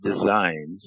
designs